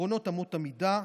עקרונות אמות המידה,